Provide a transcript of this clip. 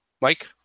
mike